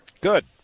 Good